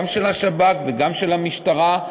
גם של השב"כ וגם של המשטרה,